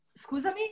Scusami